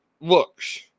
looks